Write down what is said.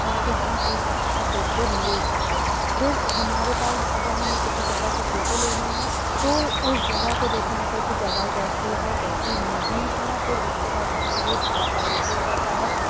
تاکہ ہم ایک اچھا فوٹو لے سکیں پھر ہمارے پاس اگر ہمیں کسی جگہ کی فوٹو لینی ہے تو اُس جگہ کو دیکھنا ہوتا ہے کہ جگہ کیسی ہے کیسی نہیں ہے پھر اُس کے بعد جب یہ سارا پروسیس ہو جاتا ہے